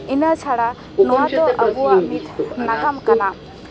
ᱤᱱᱟᱹ ᱪᱷᱟᱲᱟ ᱱᱚᱣᱟ ᱫᱚ ᱟᱵᱚᱣᱟᱜ ᱢᱤᱫ ᱱᱟᱜᱟᱢ ᱠᱟᱱᱟ